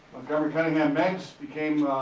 montgomery cunningham meigs became